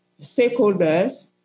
stakeholders